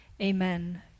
Amen